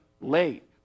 late